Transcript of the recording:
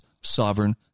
sovereign